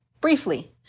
briefly